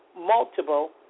multiple